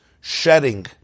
shedding